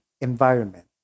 environment